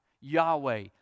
Yahweh